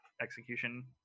execution